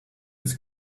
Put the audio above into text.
his